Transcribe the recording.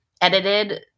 edited